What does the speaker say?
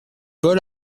paul